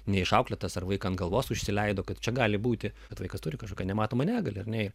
neišauklėtas ar vaiką ant galvos užsileido kad čia gali būti kad vaikas turi kažkokią nematomą negalią ar nei